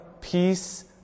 peace